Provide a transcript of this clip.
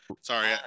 Sorry